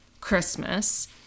Christmas